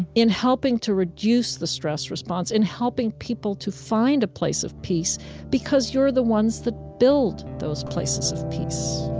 in helping to reduce the stress response, in helping people to find a place of peace because you're the ones that build those places of peace